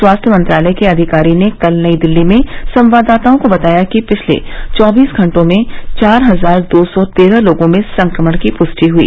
स्वास्थ्य मंत्रालय के अधिकारी ने कल नई दिल्ली में संवाददाताओं को बताया कि पिछले चौबीस घंटों में चार हजार दो सौ तेरह लोगों में संक्रमण की पुष्टि हुई